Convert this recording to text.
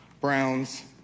browns